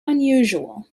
unusual